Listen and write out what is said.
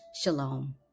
Shalom